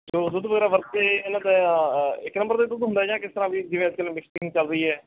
ਜੋ ਦੁੱਧ ਵਗੈਰਾ ਵਰਤਦੇ ਇਹਨਾਂ ਦਾ ਇੱਕ ਨੰਬਰ ਦਾ ਦੁੱਧ ਹੁੰਦਾ ਜਾਂ ਕਿਸ ਤਰ੍ਹਾਂ ਵੀ ਜਿਵੇਂ ਅੱਜ ਕੱਲ੍ਹ ਮਿਕਸਿੰਗ ਚੱਲ ਰਹੀ ਹੈ